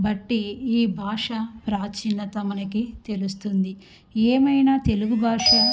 బట్టి ఈ భాష ప్రాచీనత మనకి తెలుస్తుంది ఏమైనా తెలుగు భాష